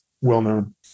well-known